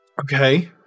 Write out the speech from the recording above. Okay